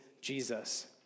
Jesus